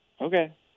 Okay